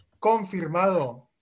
Confirmado